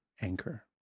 anchor